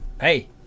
hey